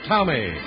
Tommy